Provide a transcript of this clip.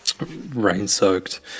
rain-soaked